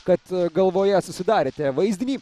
kad galvoje susidarėte vaizdinį